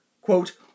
quote